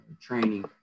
training